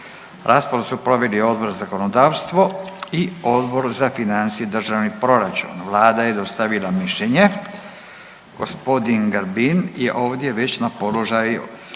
Raspravu su proveli Odbor za zakonodavstvo i Odbor za financije i državni proračun. Vlada je dostavila mišljenje. Gospodin Grbin je ovdje već na položaju, na